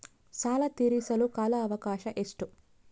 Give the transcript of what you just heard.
ಸಾಲ ತೇರಿಸಲು ಕಾಲ ಅವಕಾಶ ಎಷ್ಟು?